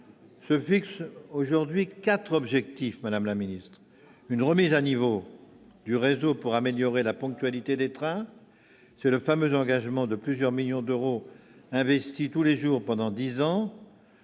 se fixe aujourd'hui quatre objectifs. Le premier objectif est la remise à niveau du réseau pour améliorer la ponctualité des trains. C'est le fameux engagement de plusieurs millions d'euros investis tous les jours pendant dix ans.